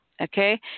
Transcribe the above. Okay